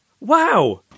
Wow